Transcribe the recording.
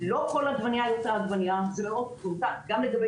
לא כל עגבנייה היא אותה עגבנייה גם לגבי